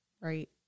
Right